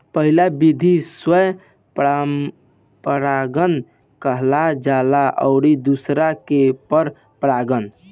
पहिला विधि स्व परागण कहल जाला अउरी दुसरका के पर परागण